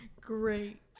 great